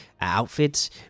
outfits